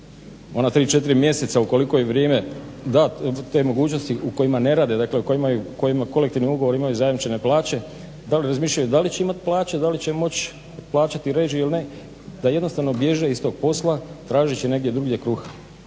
ona 3, 4 mjeseca ukoliko i vrijeme da te mogućnosti u kojima ne rade, dakle u kojima kolektivni ugovori imaju zajamčene plaće, dali razmišljaju da li će imati plaće, da li će moći plaćati režije ili ne, da jednostavno bježe iz tog posla tražeći negdje drugdje kruh.